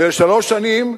זה לשלוש שנים,